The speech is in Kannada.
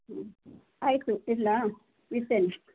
ಹ್ಞೂ ಆಯಿತು ಇಡಲಾ ಇಡ್ತೇನೆ